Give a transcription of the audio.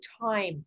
time